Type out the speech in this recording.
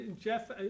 Jeff